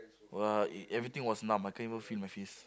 !wah! everything was numb I can't even feel my face